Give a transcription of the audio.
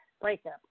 breakup